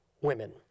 women